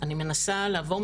אני מנסה לעבור,